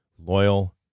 Loyal